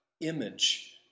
image